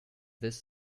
this